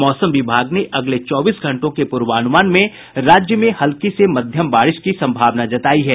मौसम विभाग ने अगले चौबीस घंटों के पूर्वानुमान में राज्य में हल्की से मध्यम बारिश की संभावना जतायी है